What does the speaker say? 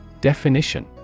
Definition